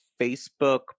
Facebook